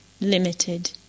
limited